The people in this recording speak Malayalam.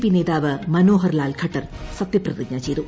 പി നേതാവ് മനോഹർ ലാൽ ഖട്ടർ സത്യപ്പിതിജ്ഞ ചെയ്തു